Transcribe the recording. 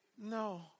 No